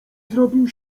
zrobił